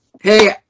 hey